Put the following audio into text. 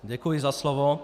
Děkuji za slovo.